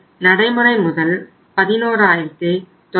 இப்போது நடைமுறை முதல் 11937